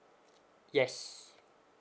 yes